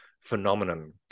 phenomenon